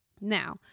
Now